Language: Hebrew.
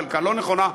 חלקה לא נכון,